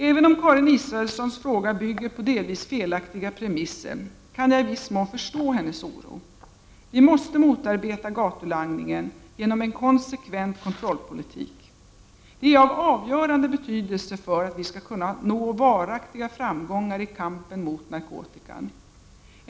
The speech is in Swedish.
Även om Karin Israelssons fråga bygger på delvis felaktiga premisser, kan jagi viss mån förstå hennes oro. Vi måste motarbeta gatulangningen genom en konsekvent kontrollpolitik. Det är av avgörande betydelse för att vi skall kunna nå varaktiga framgångar i kampen mot narkotikan.